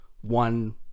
one